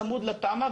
צמוד לתמ"א.